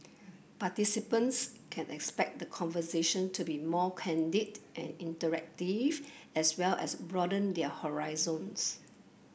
participants can expect the conversation to be more candid and interactive as well as broaden their horizons